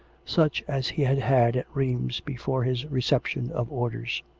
such as he had had at rheims before his reception of orders.